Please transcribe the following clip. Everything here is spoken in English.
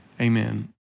amen